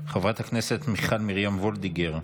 חברת הכנסת מיכל מרים וולדיגר,